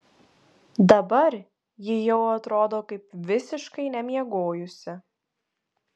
dabar ji jau atrodo kaip visiškai nemiegojusi